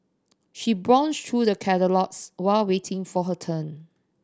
she browsed through the catalogues while waiting for her turn